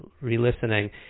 re-listening